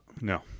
No